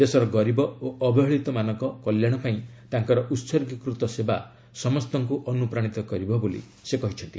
ଦେଶର ଗରିବ ଓ ଅବହେଳିତମାନଙ୍କ କଲ୍ୟାଣ ପାଇଁ ତାଙ୍କର ଉତ୍ସର୍ଗୀକୃତ ସେବା ସମସ୍ତଙ୍କୁ ଅନୁପ୍ରାଣିତ କରିବ ବୋଲି ସେ କହିଛନ୍ତି